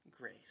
grace